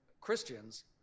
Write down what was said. Christians